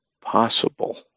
possible